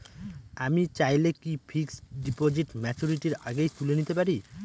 আমি চাইলে কি ফিক্সড ডিপোজিট ম্যাচুরিটির আগেই তুলে নিতে পারি?